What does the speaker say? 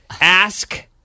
Ask